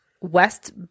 west